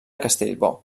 castellbò